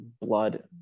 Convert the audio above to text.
blood